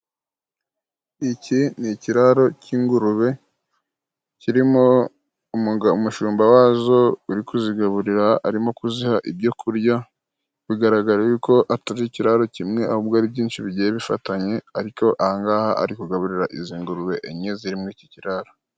Iki ni ikiraro c'ingurube kirimo umushumba wazo uri kuzigaburira arimo kuziha ibyo kurya ,bigaragara yuko atari ikiraro kimwe ahubwo ari byinshi bigiye bifatanye, ariko aha ngaha ari kugaburira izi ngurube enye ziri muri iki kiraro.